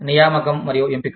నియామకం మరియు ఎంపిక